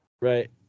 Right